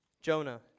Jonah